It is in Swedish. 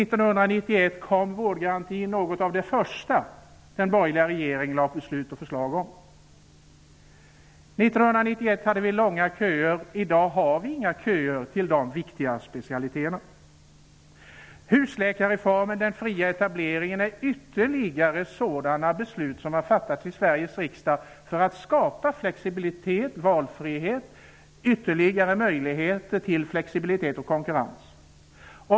1991 kom vårdgarantin -- det var ett av de första förslag som den borgerliga regeringen lade fram. 1991 hade vi långa köer. I dag har vi inga köer till de viktiga specialiteterna. Husläkarreformen och den fria etableringen är ytterligare reformer som Sveriges riksdag har fattat beslut om för att skapa flexibilitet, valfrihet, ytterligare möjligheter till flexibilitet och konkurrens.